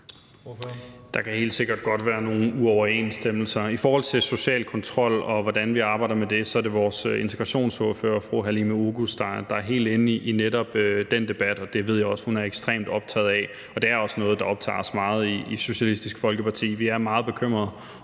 Der kan helt sikkert godt være nogle uoverensstemmelser. I forhold til social kontrol og hvordan vi arbejder med det, er det vores integrationsordfører, fru Halime Oguz, der er helt inde i netop den debat, og det ved jeg også at hun er ekstremt optaget af, og det er også noget, der optager os meget i Socialistisk Folkeparti. Vi er meget bekymrede